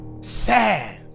Sad